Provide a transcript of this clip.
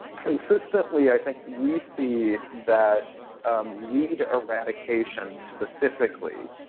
consistently, i think, we see that weed eradication, specifically,